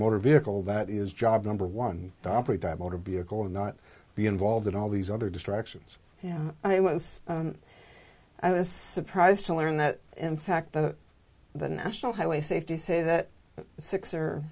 motor vehicle that is job number one operate that motor vehicle and not be involved in all these other distractions and i was i was surprised to learn that in fact that the national highway safety say that six